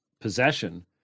possession